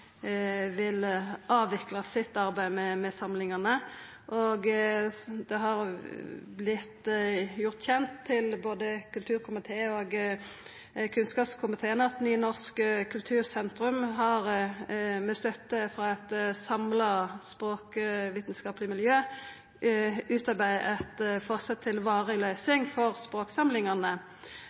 gjort kjend til både kulturkomiteen og kunnskapskomiteen at Nynorsk kultursentrum har – med støtte frå eit samla språkvitskapleg miljø – utarbeidd eit forslag til varig løysing for språksamlingane